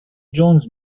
جونز